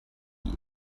die